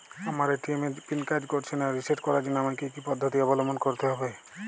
আমার এ.টি.এম এর পিন কাজ করছে না রিসেট করার জন্য আমায় কী কী পদ্ধতি অবলম্বন করতে হবে?